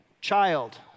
Child